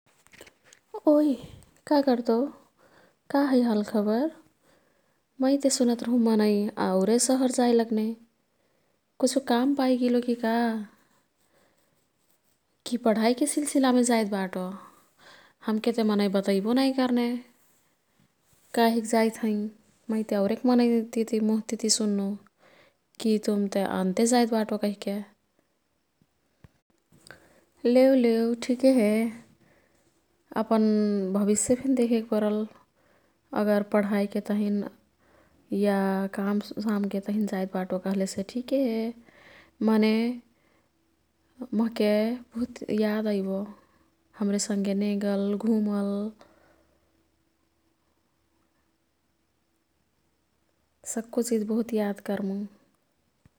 "ओई का कर्तो?" "का है हालखबर?" मै ते सुनत रहू मनै औरे सहर जाई लग्ने। "कुछु काम पाईगिलो किका?" "कि पढाईके सिलसिलामे जाईत् बाटो?" "हमके ते मनै बतईबो नाई कर्ने, कहिक जाईत् हैं?" मैते औरेक् मनैक् मुह तिती सुन्नु की तुमते अन्ते जाईत् बटो कहिके। लेउ लेउ ठिके हे अपन भविष्यफेन देखेक परल। अगर पढाईके तहिन या कामके तहिन जाईत् बाटो कह्लेसे ठिके हे मने मोह्के बहुत याद अईबो। हाम्रे सांगे नेंगल ,घुमल सक्कु चिज बहुत याद कर्मु।